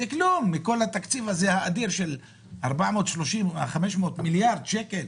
זה כלום בכל התקציב האדיר של 500 מיליארד שקל.